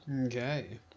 Okay